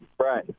Right